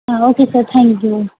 हां okay sir thank you